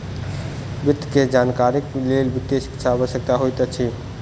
वित्त के जानकारीक लेल वित्तीय शिक्षा आवश्यक होइत अछि